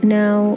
now